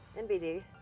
NBD